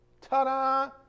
Ta-da